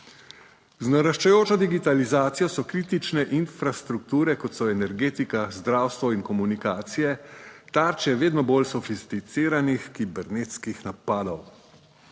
Z naraščajočo digitalizacijo so kritične infrastrukture, kot so energetika, zdravstvo in komunikacije, tarče vedno bolj sofisticiranih kibernetskih napadov.